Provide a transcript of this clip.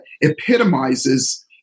epitomizes